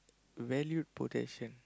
valued possession